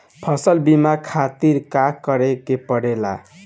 फसल बीमा खातिर का करे के पड़ेला?